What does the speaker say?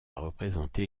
représenté